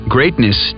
Greatness